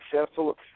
successful